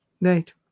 Right